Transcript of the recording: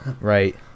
Right